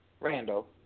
Randall